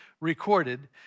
recorded